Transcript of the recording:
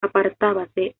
apartábase